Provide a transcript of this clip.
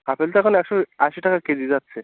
apple তো এখন একশো আশি টাকা কেজি যাচ্ছে